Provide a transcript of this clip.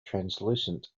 translucent